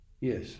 Yes